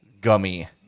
gummy